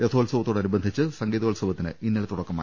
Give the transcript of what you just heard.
രഥോത്സവത്തോടനു ബന്ധിച്ച് സംഗീതോത്സവത്തിന് ഇന്നലെ തുടക്കമായി